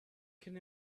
can